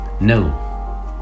No